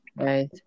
right